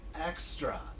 extra